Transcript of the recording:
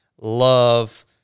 love